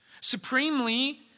Supremely